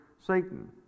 Satan